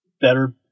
better